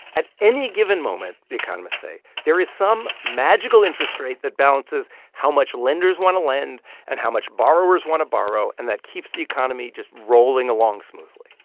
at any given moment, the economists say, there is some magical interest rate that balances how much lenders want to lend and how much borrowers want to borrow and that keeps the economy just rolling along smoothly.